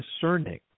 discerning